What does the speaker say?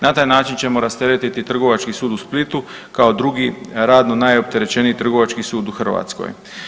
Na taj način ćemo rasteretiti Trgovački sud u Splitu kao drugi radno najopterećeniji Trgovački sud u Hrvatskoj.